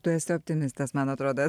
tu esi optimistas man atrodo